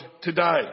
today